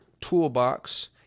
toolbox